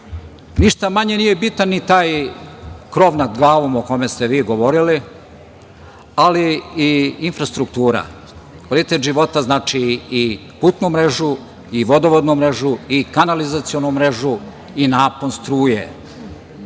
Ništa manje nije bitan ni taj krov nad glavom, o kome ste vi govorili, ali i infrastruktura. Kvalitet života znači i putnu mrežu i vodovodnu mrežu i kanalizacionu mrežu i napon struje.